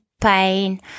pain